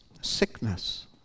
sickness